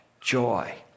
joy